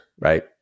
right